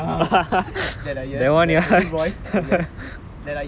the I told Gurumurthy ஐயர்:gurumoorthi aiyar ah ah